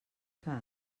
que